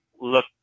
look